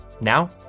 Now